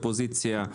אופוזיציה,